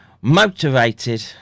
motivated